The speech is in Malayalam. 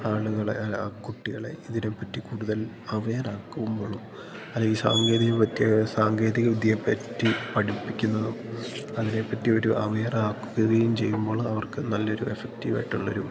ആളുകളെ അല്ല കുട്ടികളെ ഇതിനെപ്പറ്റി കൂടുതൽ അവയർ ആക്കുമ്പോളും അല്ലേ ഈ സാങ്കേതികവിദ്യ സാങ്കേതികവിദ്യയെപ്പറ്റി പഠിപ്പിക്കുന്നതും അതിനെപ്പറ്റി ഒരു അവയർ ആക്കുകയും ചെയ്യുമ്പോൾ അവർക്ക് നല്ലൊരു എഫക്റ്റീവ് ആയിട്ടുള്ളൊരു